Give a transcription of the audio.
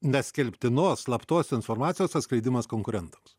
neskelbtinos slaptos informacijos atskleidimas konkurentams